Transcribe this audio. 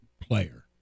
player